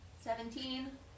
Seventeen